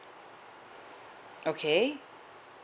okay